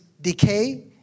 decay